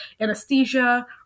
anesthesia